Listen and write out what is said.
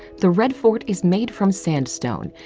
the red fort is made from sandstone,